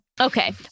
Okay